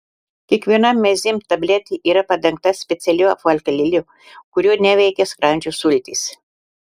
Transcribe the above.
kiekviena mezym tabletė yra padengta specialiu apvalkalėliu kurio neveikia skrandžio sultys